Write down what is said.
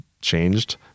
changed